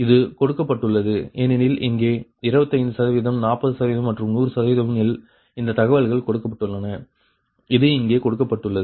இது கொடுக்கப்பட்டுள்ளது ஏனெனில் இங்கே 25 40 மற்றும் 100 இல் இந்த தகவல்கள் கொடுக்கப்பட்டுள்ளன இது இங்கே கொடுக்கப்பட்டுள்ளது